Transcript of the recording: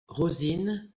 rosine